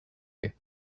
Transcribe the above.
you